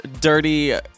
dirty